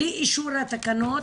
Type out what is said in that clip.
בלי אישור התקנות,